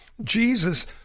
Jesus